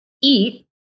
eat